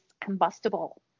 combustible